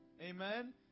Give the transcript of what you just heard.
amen